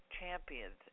champions